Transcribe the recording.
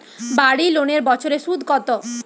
বাড়ি লোনের বছরে সুদ কত?